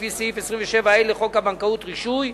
לפי סעיף 27ה לחוק הבנקאות (רישוי)